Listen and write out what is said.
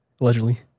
Allegedly